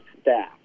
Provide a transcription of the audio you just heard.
staff